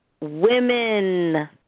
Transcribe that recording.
women